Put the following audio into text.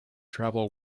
travel